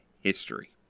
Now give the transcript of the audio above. history